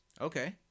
Okay